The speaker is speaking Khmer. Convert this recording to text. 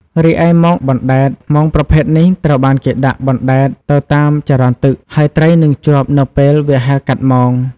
រីឯមងបណ្តែត មងប្រភេទនេះត្រូវបានគេដាក់បណ្តែតទៅតាមចរន្តទឹក ហើយត្រីនឹងជាប់នៅពេលវាហែលកាត់មង។